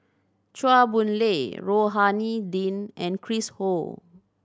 Chua Boon Lay Rohani Din and Chris Ho